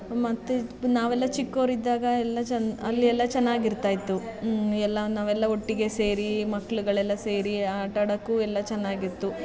ಮತ್ತು ನಾವೆಲ್ಲ ಚಿಕ್ಕವರಿದ್ದಾಗ ಎಲ್ಲ ಚೆನ್ನ ಅಲ್ಲಿ ಎಲ್ಲ ಚೆನ್ನಾಗಿರ್ತಾಯಿತ್ತು ಎಲ್ಲ ನಾವೆಲ್ಲ ಒಟ್ಟಿಗೆ ಸೇರಿ ಮಕ್ಳುಗಳೆಲ್ಲ ಸೇರಿ ಆಟ ಆಡೋಕ್ಕೂ ಎಲ್ಲ ಚೆನ್ನಾಗಿತ್ತು